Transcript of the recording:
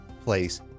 Place